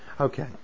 Okay